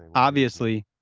obviously,